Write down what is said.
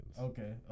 Okay